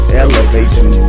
elevation